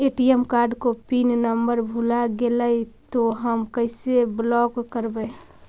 ATM card को pin number भुला गैले तौ हम कैसे ब्लॉक करवै?